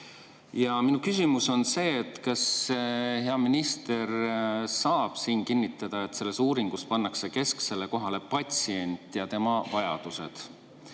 Minu küsimus on see, et kas hea minister saab siin kinnitada, et selles uuringus pannakse kesksele kohale patsient ja tema vajadused.